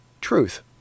truth